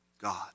God